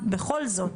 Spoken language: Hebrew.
בכל זאת,